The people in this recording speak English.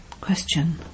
Question